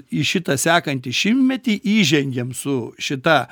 į šitą sekantį šimtmetį įžengėm su šita